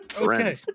Okay